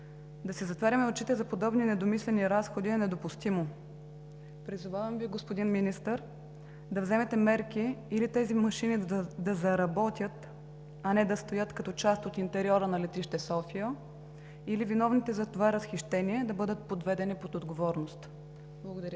да си затваряме очите за подобни недомислени разходи е недопустимо. Призовавам Ви, господин Министър, да вземете мерки или тези машини да заработят, а не да стоят като част от интериора на летище София, или виновните за това разхищение да бъдат подведени под отговорност. Благодаря